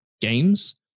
games